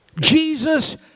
Jesus